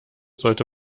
sollte